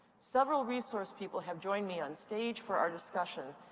several resource people have joined me on stage for our discussion.